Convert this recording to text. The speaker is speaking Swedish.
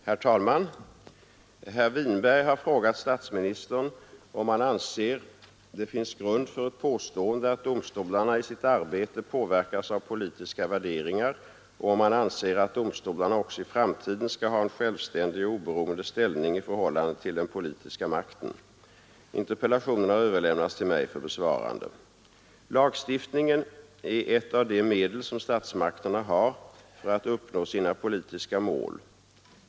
Herr talman! Herr Winberg har frågat statsministern om han anser det finns grund för ett påstående att domstolarna i sitt arbete påverkas av politiska värderingar och om han anser att domstolarna också i framtiden skall ha en självständig och oberoende ställning i förhållande till den politiska makten. Interpellationen har överlämnats till mig för besvarande. Lagstiftningen är ett av de medel som statsmakterna har för att uppnå sina politiska mål.